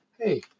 Hey